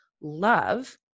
love